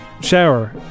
Shower